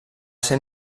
ser